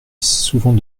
souvent